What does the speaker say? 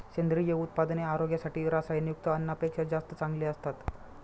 सेंद्रिय उत्पादने आरोग्यासाठी रसायनयुक्त अन्नापेक्षा जास्त चांगली असतात